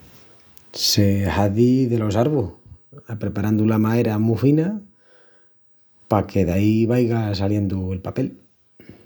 Se hazi delos arvus, apreparandu la maera mu fina paque daí vaiga saliendu el papel.